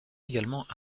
également